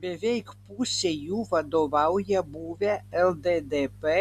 beveik pusei jų vadovauja buvę lddp